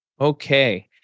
Okay